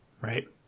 Right